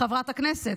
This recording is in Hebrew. חברת הכנסת,